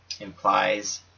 implies